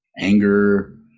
anger